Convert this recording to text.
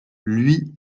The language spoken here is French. lui